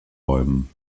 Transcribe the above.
bäumen